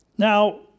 Now